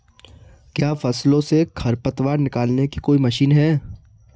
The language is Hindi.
क्या फसलों से खरपतवार निकालने की कोई मशीन है?